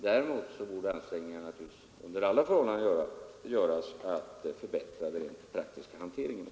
Däremot borde ansträngningar under alla förhållanden göras för att förbättra den rent praktiska hanteringen.